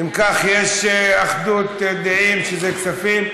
אם כך, יש אחדות דעים שזה כספים.